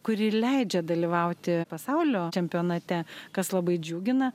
kuri leidžia dalyvauti pasaulio čempionate kas labai džiugina